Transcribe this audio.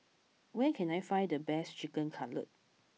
where can I find the best Chicken Cutlet